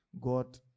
god